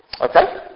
Okay